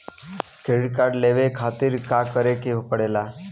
Credit card लेवे खातिर का करे के पड़ेला?